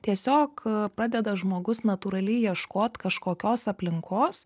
tiesiog pradeda žmogus natūraliai ieškot kažkokios aplinkos